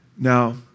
Now